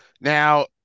Now